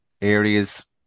areas